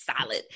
solid